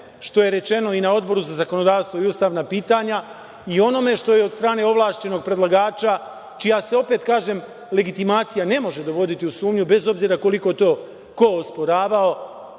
što je rečeno na Odboru za zakonodavstvo i ustavna pitanja i onome što je od strane ovlašćenog predlagača, čija se opet, kažem, legitimacija ne može dovoditi u sumnju bez obzira koliko to ko osporavao,